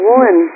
one